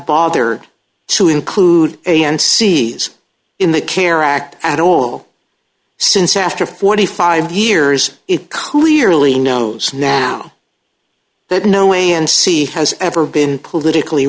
bother to include a n c s in the care act at all since after forty five years it clearly knows now that no way in c has ever been politically